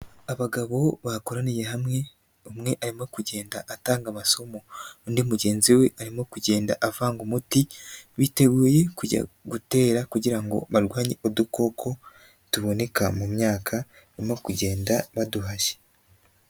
Abagabo bakoraniye hamwe umwe arimo kugenda atanga amasomo, undi mugenzi we arimo kugenda avanga umuti, biteguye kujya gutera kugira ngo barwanye udukoko, tuboneka mu myaka barimo kugenda baduhashya.